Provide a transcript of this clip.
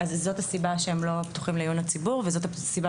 זאת הסיבה שהם לא פתוחים לעיון הציבור וזאת הסיבה